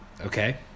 Okay